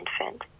infant